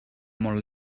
molt